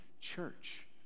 church